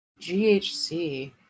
GHC